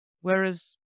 whereas